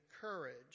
courage